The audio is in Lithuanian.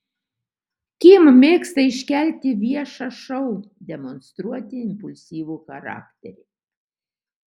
kim mėgsta iškelti viešą šou demonstruoti impulsyvų charakterį